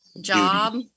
job